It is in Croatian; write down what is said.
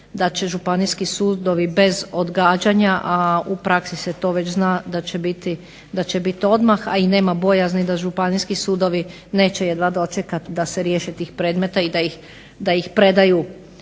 da će županijski sudovi bez odgađanja, a u praksi se to već zna da će biti odmah, a i nema bojazni da županijski sudovi neće jedva dočekati da se riješe tih predmeta i da ih predaju